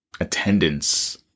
attendance